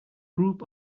group